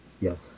Yes